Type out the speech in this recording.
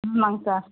ஆமாங்க சார்